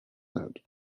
note